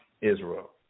Israel